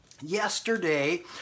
Yesterday